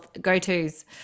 go-tos